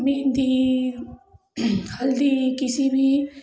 मेहंदी हल्दी किसी भी